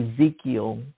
Ezekiel